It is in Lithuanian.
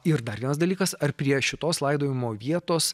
ir dar vienas dalykas ar prie šitos laidojimo vietos